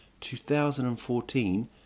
2014